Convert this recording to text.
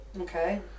Okay